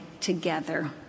together